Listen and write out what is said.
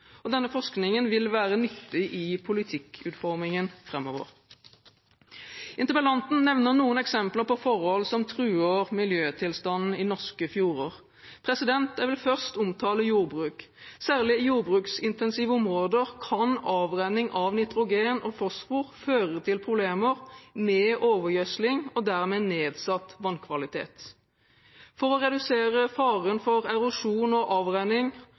Denne forskningen vil være nyttig for politikkutformingen framover. Interpellanten nevner noen eksempler på forhold som truer miljøtilstanden i norske fjorder. Jeg vil først omtale jordbruk. Særlig i jordbruksintensive områder kan avrenning av nitrogen og fosfor føre til problemer med overgjødsling og dermed nedsatt vannkvalitet. For å redusere faren for erosjon og avrenning